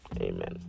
Amen